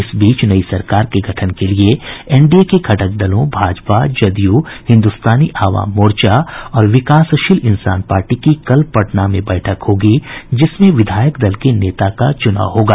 इस बीच नई सरकार के गठन के लिये एनडीए के घटक दलों भाजपा जनता दल यूनाइटेड हिंदुस्तानी आवाम मोर्चा और विकासशील इंसान पार्टी की कल पटना में बैठक होगी जिसमें विधायक दल के नेता का चुनाव होगा